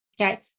okay